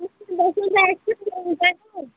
न्हू